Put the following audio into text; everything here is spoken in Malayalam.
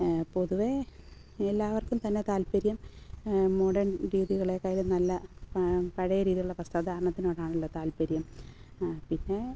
പൊതുവേ എല്ലാവർക്കും തന്നെ താൽപര്യം മോഡേൺ രീതികളെക്കാളും നല്ല പഴയ രീതിയിലുള്ള വസ്ത്രധാരണത്തിനോടാണല്ലോ താൽപര്യം പിന്നേ